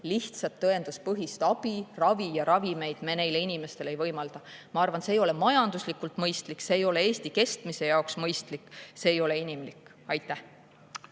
lihtsat tõenduspõhist abi, ravi ja ravimeid me neile inimestele ei võimalda. Ma arvan, et see ei ole majanduslikult mõistlik, see ei ole Eesti kestmise jaoks mõistlik, see ei ole inimlik. Aitäh!